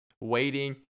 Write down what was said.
Waiting